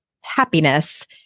happiness